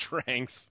Strength